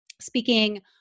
speaking